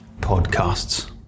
podcasts